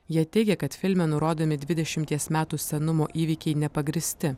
jie teigia kad filme nurodomi dvidešimties metų senumo įvykiai nepagrįsti